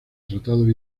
tratados